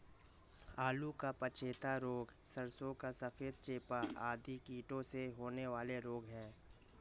आलू का पछेता रोग, सरसों का सफेद चेपा आदि कीटों से होने वाले रोग हैं